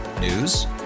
News